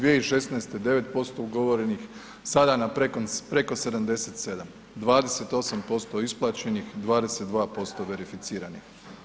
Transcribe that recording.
2016. 9% ugovorenih, sada na preko 77. 28% isplaćenih i 22% verificiranih.